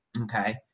okay